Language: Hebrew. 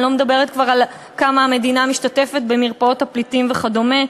אני לא מדברת כבר על כמה המדינה משתתפת במרפאות הפליטים וכדומה.